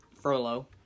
Frollo